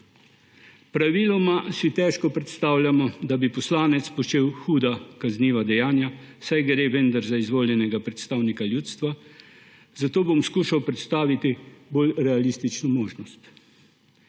Praviloma si težko predstavljamo, da bi poslanec počel huda kazniva dejanja, saj gre vendar za izvoljenega predstavnika ljudstva, zato bom skušal predstaviti bolj realistično možnost.